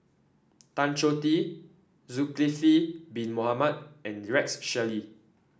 Tan Choh Tee Zulkifli Bin Mohamed and Rex Shelley